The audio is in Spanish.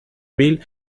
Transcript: bill